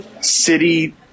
City